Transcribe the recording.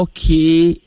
Okay